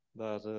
dar